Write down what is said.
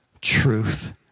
truth